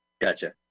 Gotcha